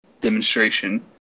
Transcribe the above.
demonstration